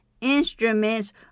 instruments